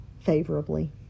favorably